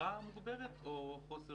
המחסור נבע מצריכה מוגברת או מחוסר?